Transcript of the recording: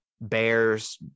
bears